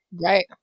right